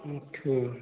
ठीक